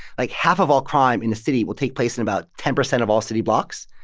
like, half of all crime in a city will take place in about ten percent of all city blocks,